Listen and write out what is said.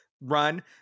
run